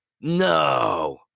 No